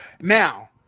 Now